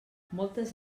moltes